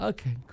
Okay